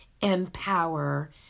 Empower